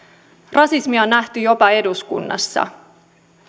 rasismia on nähty jopa eduskunnassa